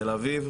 תל אביב,